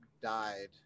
died